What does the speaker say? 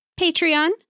Patreon